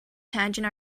tangent